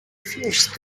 fierce